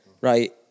right